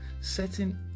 Setting